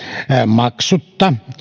maksutta